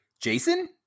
Jason